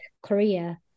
Korea